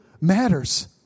matters